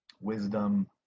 wisdom